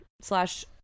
slash